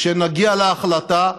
כשנגיע להחלטה,